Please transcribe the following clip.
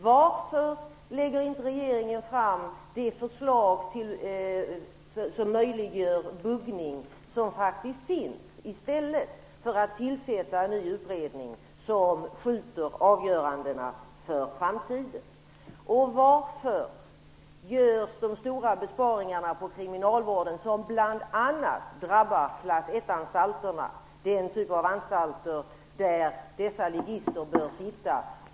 Varför lägger inte regeringen fram det förslag som möjliggör buggning som faktiskt finns i stället för att tillsätta en ny utredning som skjuter avgörandena på framtiden? Och varför görs de stora besparingar på kriminalvården som bl.a. drabbar klass 1-anstalterna, den typ av anstalter där dessa ligister bör sitta?